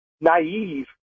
naive